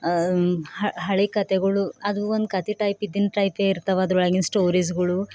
ಹ ಹಳೆ ಕಥೆಗಳು ಅದು ಒಂದು ಕಥೆ ಟೈಪ್ ಇದ್ದಿದ್ ಟೈಪೇ ಇರ್ತಾವೆ ಅದ್ರೊಳಗಿನ ಸ್ಟೋರೀಸ್ಗಳು